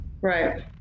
Right